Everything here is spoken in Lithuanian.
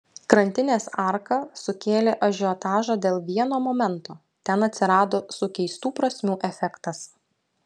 krantinės arka sukėlė ažiotažą dėl vieno momento ten atsirado sukeistų prasmių efektas